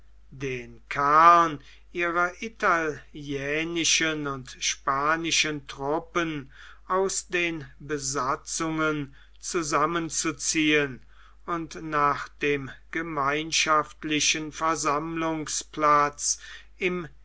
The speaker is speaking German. den kern ihrer italienischen und spanischen trnppen aus den besatzungen zusammenzuziehen und nach dem gemeinschaftlichen versammlungsplatze im